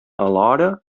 alhora